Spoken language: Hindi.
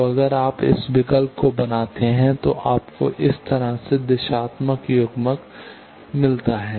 तो अगर आप इस विकल्प को बनाते हैं तो आपको इस तरह से दिशात्मक युग्मक मिलता है